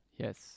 Yes